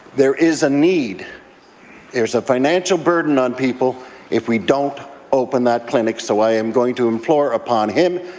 there is a need there's a financial burden on people if we don't open that clinic, so i am going to implore upon him,